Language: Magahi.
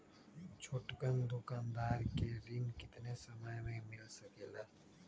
छोटकन दुकानदार के ऋण कितने समय मे मिल सकेला?